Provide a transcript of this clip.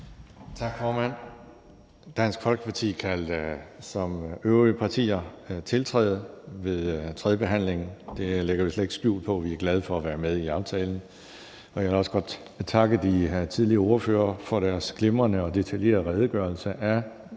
Tak, formand. Dansk Folkeparti kan som de øvrige partier tiltræde ved tredjebehandlingen – det lægger vi slet ikke skjul på. Vi er glade for at være med i aftalen. Jeg vil også godt takke de tidligere ordførere for deres glimrende og detaljerede redegørelse